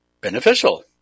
beneficial